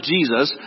Jesus